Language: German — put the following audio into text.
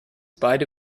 beide